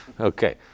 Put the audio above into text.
Okay